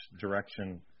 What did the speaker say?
direction